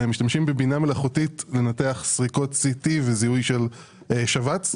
משתמשים בבינה מלאכותית לנתח סריקות סי טי וזיהוי של שבץ.